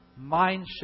mindset